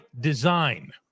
design